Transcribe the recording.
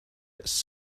its